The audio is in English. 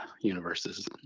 universes